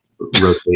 Rotate